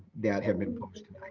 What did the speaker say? that have been posted.